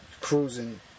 Cruising